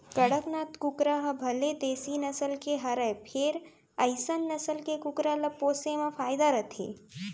कड़कनाथ कुकरा ह भले देसी नसल के हरय फेर अइसन नसल के कुकरा ल पोसे म फायदा रथे